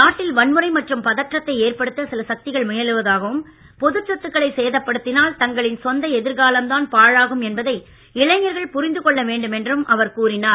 நாட்டில் வன்முறை மற்றும் பதற்றத்தை ஏற்படுத்த சில சக்திகள் முயலுவதாகவும் பொது சொத்துக்களை சேதப் படுத்தினால் தங்களின் சொந்த எதிர்காலம்தான் பாழாகும் என்பதை இளைஞர்கள் புரிந்துகொள்ள வேண்டும் என்றும் அவர் கூறினார்